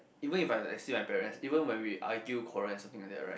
even if I I see my parents even when we argue quarrel and something like that right